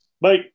bye